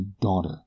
daughter